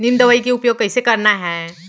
नीम दवई के उपयोग कइसे करना है?